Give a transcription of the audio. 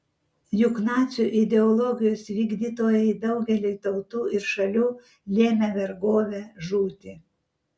juk nacių ideologijos vykdytojai daugeliui tautų ir šalių lėmė vergovę žūtį